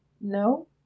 No